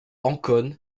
ancône